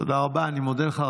תודה רבה, אני מודה לך.